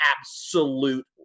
absolute